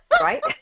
right